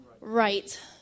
right